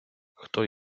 хто